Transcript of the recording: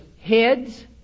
heads